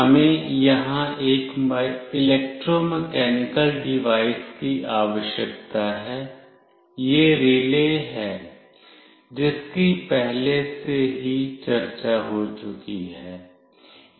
हमें यहां एक इलेक्ट्रोमैकेनिकल डिवाइस की आवश्यकता है यह रिले है जिसकी पहले से ही चर्चा हो चुकी है है